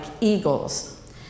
eagles